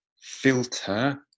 filter